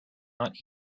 not